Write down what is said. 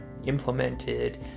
implemented